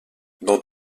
dans